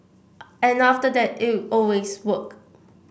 and after that it always worked